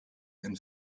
and